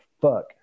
fuck